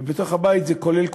ובתוך הבית זה כולל כולם.